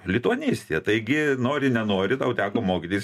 lituanistė taigi nori nenori tau teko mokytis